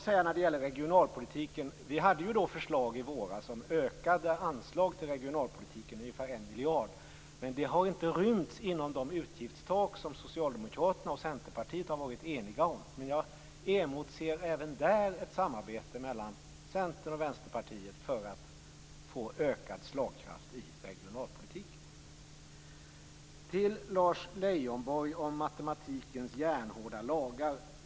Vi hade också i våras förslag om ökade anslag till regionalpolitiken, ungefär 1 miljard. Men det har inte rymts under det utgiftstak som Socialdemokraterna och Centerpartiet har varit eniga om. Men jag emotser även där ett samarbete mellan Centern och Vänsterpartiet för att få ökad slagkraft i regionalpolitiken. Lars Leijonborg talade om matematikens järnhårda lagar.